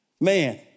Man